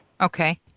Okay